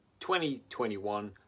2021